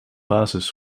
basis